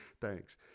Thanks